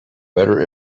better